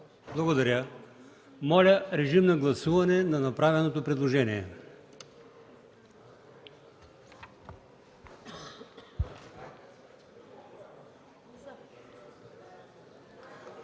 председател”. Моля, режим на гласуване за направеното предложение.